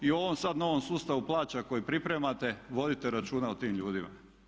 U ovom sad novom sustavu plaća koji pripremate vodite računa o tim ljudima.